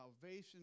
salvation